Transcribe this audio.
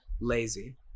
lazy